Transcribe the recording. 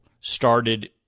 started